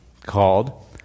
called